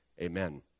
Amen